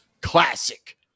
Classic